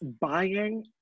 buying